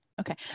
okay